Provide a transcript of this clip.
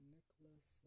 Nicholas